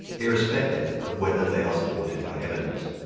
irrespective of whether they are supported by evidence.